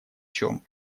чем